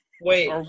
Wait